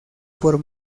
por